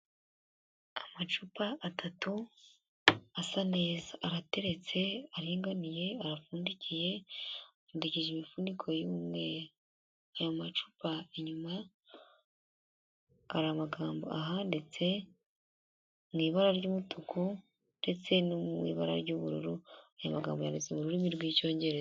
Amacupa atatu asa neza. Arateretse aringaniye, arapfundikiye, apfundikije imifuniko y'umweru. Aya macupa inyuma hari amagambo ahanditse mu ibara ry'umutuku, ndetse n'ibara ry'ubururu. Aya magambo yanditse m'ururimi rw'icyongereza.